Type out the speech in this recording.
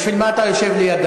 בשביל מה אתה יושב לידה?